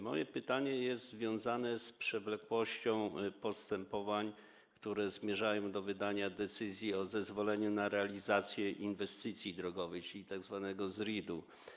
Moje pytanie jest związane z przewlekłością postępowań, które zmierzają do wydania decyzji o zezwoleniu na realizację inwestycji drogowych, czyli tzw. ZRID.